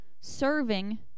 serving